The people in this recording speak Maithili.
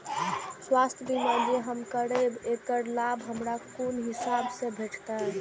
स्वास्थ्य बीमा जे हम करेब ऐकर लाभ हमरा कोन हिसाब से भेटतै?